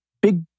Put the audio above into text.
big